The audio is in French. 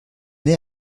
est